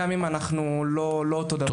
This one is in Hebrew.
גם אם אנחנו לא אותו הדבר.